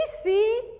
see